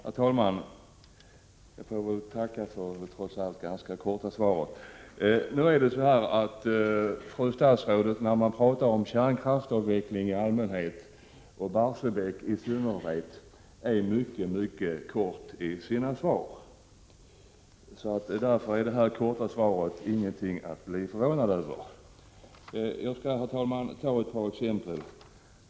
Herr talman! Jag får väl tacka för det trots allt ganska korta svaret. När man talar om kärnkraftavveckling i allmänhet och Barsebäck i synnerhet ger statsrådet mycket korta svar. Därför är det här korta svaret ingenting att bli förvånad över. Jag vill, herr talman, anföra ett par exempel.